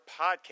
Podcast